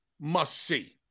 must-see